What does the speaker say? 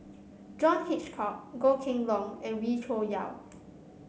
John Hitchcock Goh Kheng Long and Wee Cho Yaw